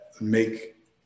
make